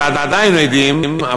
ועדיין אנחנו עדים לה,